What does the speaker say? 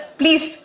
please